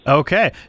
okay